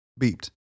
Beeped